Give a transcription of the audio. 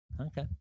Okay